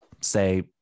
say